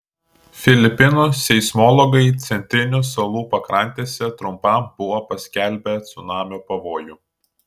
filipinų seismologai centrinių salų pakrantėse trumpam buvo paskelbę cunamio pavojų